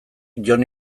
jon